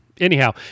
anyhow